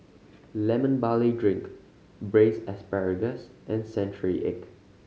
Lemon Barley Drink Braised Asparagus and century egg